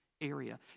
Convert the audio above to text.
area